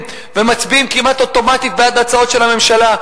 ומצביעים כמעט אוטומטית בעד הצעות של הממשלה.